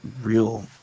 real